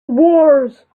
wars